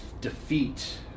defeat